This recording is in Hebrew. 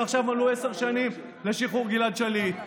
ועכשיו מלאו עשר שנים לשחרור גלעד שליט.